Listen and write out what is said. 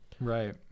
Right